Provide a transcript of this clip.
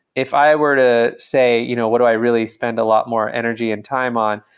if i were to say you know what do i really spend a lot more energy and time on,